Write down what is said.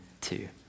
two